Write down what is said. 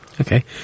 Okay